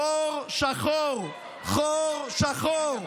חור שחור, חור שחור.